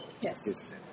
Yes